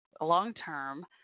long-term